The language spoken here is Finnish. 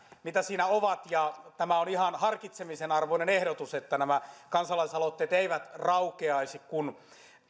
mitkä siinä ovat tämä on ihan harkitsemisen arvoinen ehdotus että nämä kansalaisaloitteet eivät raukeaisi kun